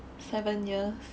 seven years